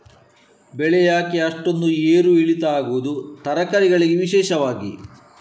ಬೆಳೆ ಯಾಕೆ ಅಷ್ಟೊಂದು ಏರು ಇಳಿತ ಆಗುವುದು, ತರಕಾರಿ ಗಳಿಗೆ ವಿಶೇಷವಾಗಿ?